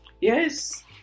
Yes